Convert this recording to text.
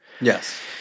Yes